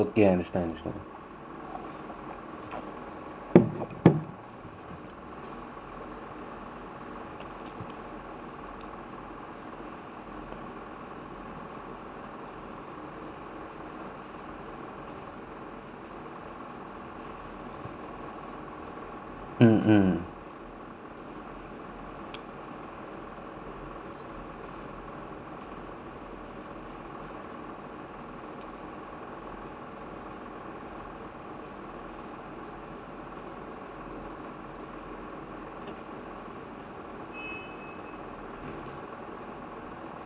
mm mm ya